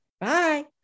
Bye